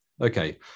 Okay